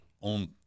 on